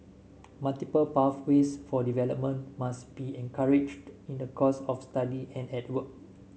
multiple pathways for development must be encouraged in the course of study and at work